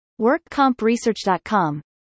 WorkCompResearch.com